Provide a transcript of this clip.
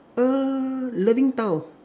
err loving town